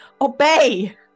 obey